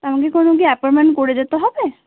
তা আমকে কোনো কি অ্যাপয়েনমেন্ট করে যেতে হবে